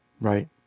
right